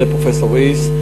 על-ידי פרופסור היס.